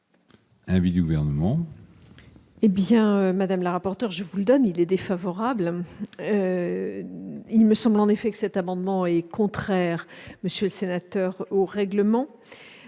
l'avis du Gouvernement ?